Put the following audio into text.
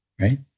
right